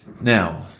Now